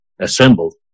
assembled